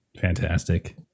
Fantastic